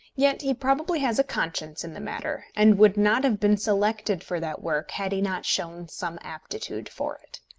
yet he probably has a conscience in the matter, and would not have been selected for that work had he not shown some aptitude for it.